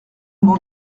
bon